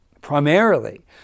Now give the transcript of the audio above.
primarily